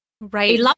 Right